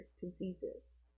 diseases